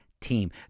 team